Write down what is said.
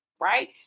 right